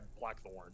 Blackthorn